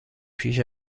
پیش